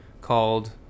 called